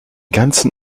ganzen